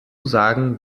sagen